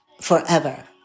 forever